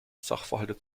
sachverhalte